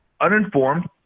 uninformed